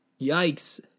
Yikes